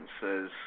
says